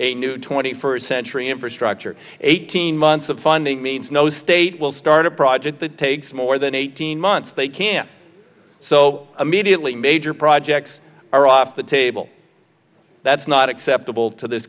a new twenty first century infrastructure eighteen months of funding means no state will start a project that takes more than eighteen months they can so immediately major projects are off the table that's not acceptable to this